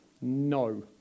No